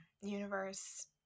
universe